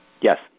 Yes